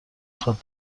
خواد